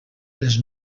les